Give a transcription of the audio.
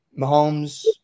Mahomes